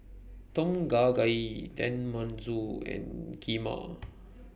Tom Kha Gai Tenmusu and Kheema